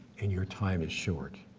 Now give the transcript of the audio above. and your time is short.